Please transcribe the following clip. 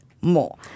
more